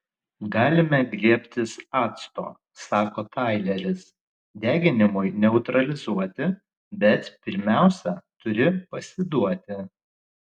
galime griebtis acto sako taileris deginimui neutralizuoti bet pirmiausia turi pasiduoti